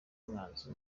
mwanzi